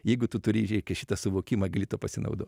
jeigu tu turi ir reikia šito suvokimo gali tuo pasinaudot